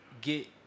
get